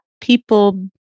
people